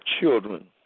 children